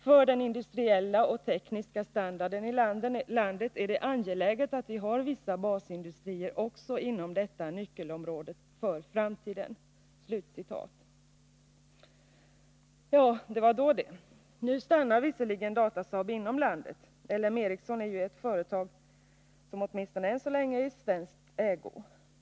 För den industriella och tekniska standarden i landet är det angeläget att vi har vissa basindustrier också inom detta nyckelområde för framtiden.” Ja, det var då det. Nu stannar visserligen Datasaab inom landet; LM Ericsson är ju ett företag som åtminstone än så länge är i svensk ägo.